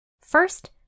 First